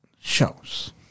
shows